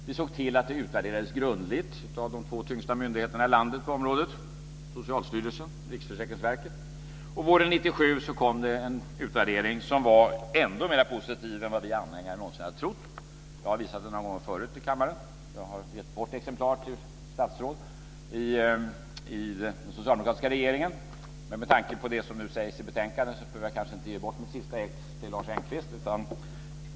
Vi såg till att det utvärderades grundligt av de två tyngsta myndigheterna i landet på området, Socialstyrelsen och Riksförsäkringsverket. Våren 1997 kom det en utvärdering som var ännu mer positiv än vad vi anhängare någonsin hade trott. Jag har visat den några gånger förut i kammaren. Jag har givit bort exemplar till statsråd i den socialdemokratiska regeringen. Med tanke på vad som nu sägs i betänkandet behöver jag kanske inte nu ge bort mitt sista exemplar till Lars Engqvist.